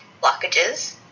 blockages